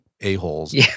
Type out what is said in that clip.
a-holes